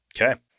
Okay